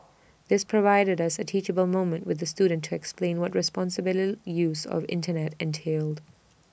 this provided us A teachable moment with the student to explain what responsible lily use of Internet entailed